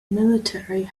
military